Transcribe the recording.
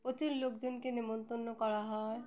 প্রচুর লোকজনকে নেমন্তন্ন করা হয়